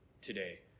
today